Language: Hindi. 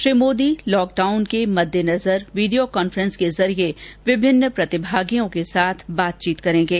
श्री मोदी लॉकडाउन के मद्देनजर वीडियो कॉन्फ्रेंस के जरिए विभिन्न प्रतिभागियों के साथ बातचीत करेंगे